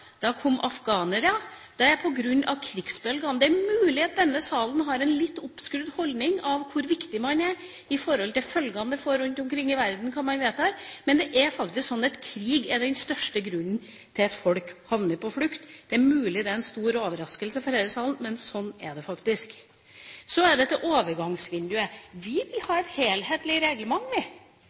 kom irakere, da kom afghanere. Det er på grunn av krigsbølgene. Det er mulig at denne salen har en litt oppskrudd holdning av hvor viktig man er i forhold til følgene det får rundt omkring i verden av det man vedtar. Men det er faktisk sånn at krig er den største grunnen til at folk havner på flukt. Det er mulig det er en stor overraskelse for denne salen, men sånn er det faktisk. Så til overgangsvinduet. Vi vil ha et helhetlig reglement – vi